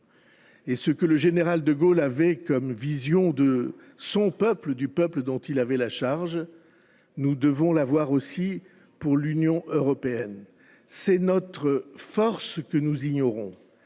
» Ce que le général de Gaulle avait comme vision pour son peuple, ce peuple dont il avait la charge, nous devons l’avoir aussi pour l’Union européenne. Nous avons une force que nous ignorons